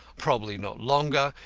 probably not longer,